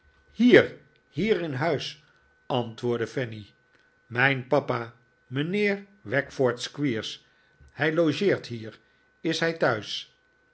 hier hier in huis antwoordde fanny mijn papa mijnheer wackford squeers hij logeert hier is hij thuis